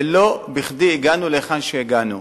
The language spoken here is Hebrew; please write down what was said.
ולא בכדי הגענו לאן שהגענו.